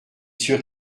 sûr